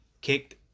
kicked